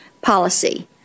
policy